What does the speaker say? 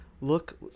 look